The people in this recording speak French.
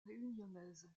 réunionnaise